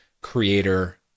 creator